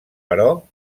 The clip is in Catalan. però